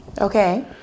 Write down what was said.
Okay